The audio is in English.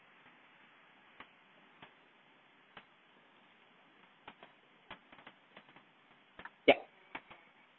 yup